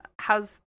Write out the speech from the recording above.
How's